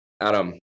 Adam